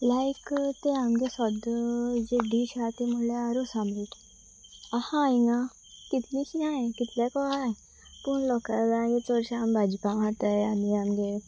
लायक ते आमचें सद्दां जे डीश आसा ते म्हणल्यार रोस आमलेट आसा हांगा कितलींशीं आसा कितलें को आसात पूण लोकलांगें चडशें आमी भाजी पाव खातात आनी आमचे